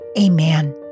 Amen